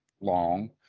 long